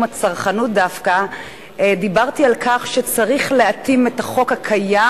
הצרכנות דווקא דיברתי על כך שצריך להתאים את החוק הקיים